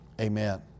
Amen